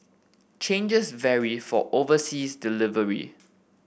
charges vary for overseas delivery